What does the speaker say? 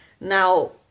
Now